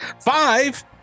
five